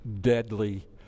deadly